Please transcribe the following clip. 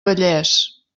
vallés